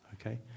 okay